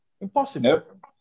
Impossible